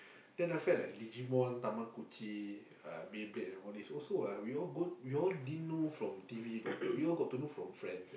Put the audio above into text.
then after that like Digimon Tamagochi uh Beyblade and all those also we all go we all didn't know from T_V you know we all get to know it from friends eh